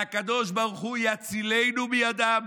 והקדוש ברוך הוא יצילנו מידם,